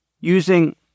using